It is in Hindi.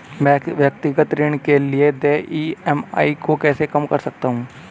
मैं व्यक्तिगत ऋण के लिए देय ई.एम.आई को कैसे कम कर सकता हूँ?